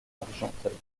argenteuil